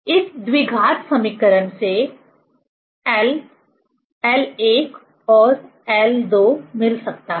इस द्विघात समीकरण से L l1 और l2 मिल सकता है